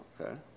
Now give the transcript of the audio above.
Okay